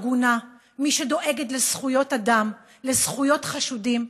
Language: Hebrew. הגונה, מי שדואגת לזכויות אדם, לזכויות חשודים.